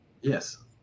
Yes